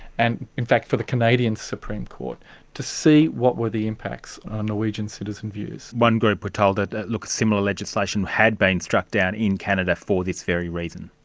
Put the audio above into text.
and in fact for the canadian supreme court to see what were the impacts on norwegian citizen views. one group were told that, look, a similar legislation had been struck down in canada for this very reason.